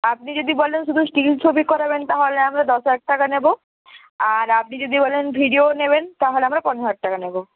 আপনি যদি বলেন শুধু স্টিল ছবি করাবেন তাহলে আমরা দশ হাজার টাকা নেব আর আপনি যদি বলেন ভিডিও নেবেন তাহলে আমরা পনেরো হাজার টাকা নেব